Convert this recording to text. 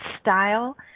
style